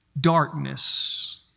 darkness